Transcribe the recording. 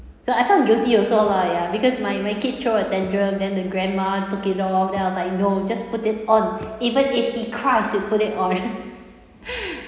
I felt guilty also lah ya because my my kid throw a tantrum than the grandma took it off then I was like you no just put it on even if he cries you put it on